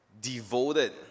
devoted